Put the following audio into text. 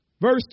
Verse